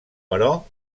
però